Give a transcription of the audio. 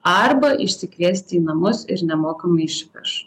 arba išsikviesti į namus ir nemokai išveš